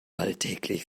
alltäglich